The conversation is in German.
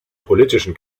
politischen